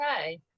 okay